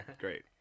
Great